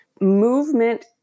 Movement